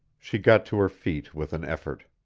she got to her feet with an effort.